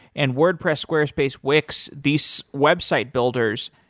and wordpress, squarespace, wix, these website builders,